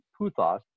Puthos